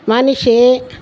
మనిషి